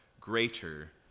greater